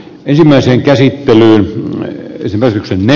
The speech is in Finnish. ensimmäisen käsittää tarvita